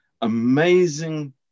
amazing